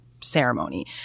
ceremony